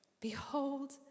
Behold